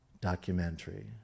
documentary